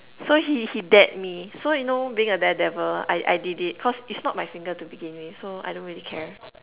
so he he dared me so you know being a daredevil I I did it cause it's not my finger to begin with so I don't really care